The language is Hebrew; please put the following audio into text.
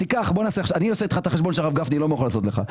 אני עושה איתך את החשבון שהרב גפני לא מוכן לעשות לך.